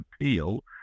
appeal